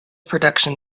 production